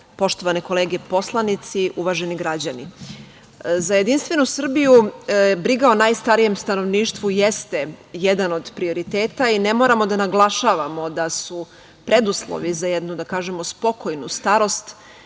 poštovane kolege poslanici, uvaženi građani, za JS briga o najstarijem stanovništvu jeste jedan od prioriteta i ne moramo da naglašavamo da su preduslovi za jednu, da kažemo, spokojnu starost,